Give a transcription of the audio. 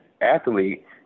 athlete